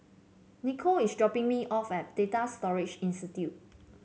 Nichole is dropping me off at Data Storage Institute